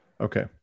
Okay